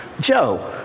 Joe